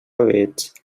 veig